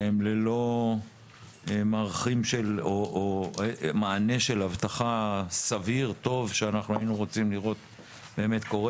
שהם ללא מענה סביר וטוב של אבטחה שהיינו רוצים לראות קורה.